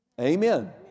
Amen